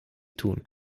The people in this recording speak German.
tun